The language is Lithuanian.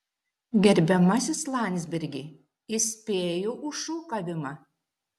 gerbiamasis landsbergi įspėju už šūkavimą